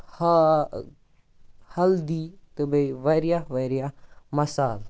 ہاکھ ہَلدی تہٕ بیٚیہِ واریاہ واریاہ مَسالہٕ